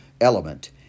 element